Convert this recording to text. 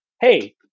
Hey